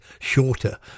shorter